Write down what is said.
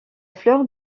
fleur